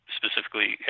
specifically